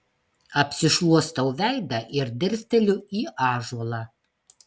apsišluostau veidą ir dirsteliu į ąžuolą